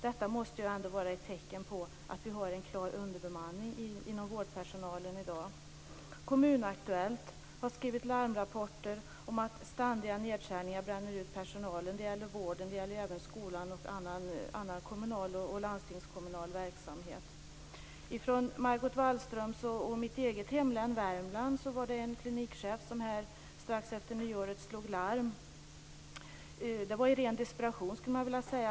Detta måste ändå vara ett tecken på att vi har en klar underbemanning av vårdpersonal i dag. Kommun Aktuellt har skrivit larmrapporter om att ständiga nedskärningar bränner ut personalen. Det gäller vården men även skolan och annan kommunal och landstingskommunal verksamhet. I Margot Wallströms och mitt eget hemlän Värmland slog en klinikchef larm strax efter nyår i ren desperation.